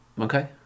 Okay